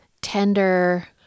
tender